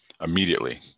immediately